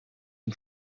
and